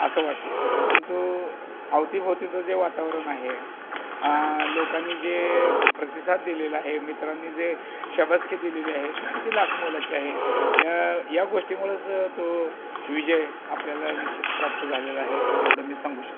असं वाटलं परंतु अवतीभोवतीचं जे वातावरण आहे लोकांनी जे प्रतिसाद दिलेला आहे मित्रांनी जे शाबासकी दिलेली आहे ती किती लाख मोलाची आहे या या गोष्टीमुळेसुद्धा तो विजय आपल्याला निश्चित प्राप्त झालेला आहे एवढं मी सांगू शकतो